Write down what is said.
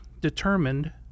determined